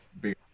Big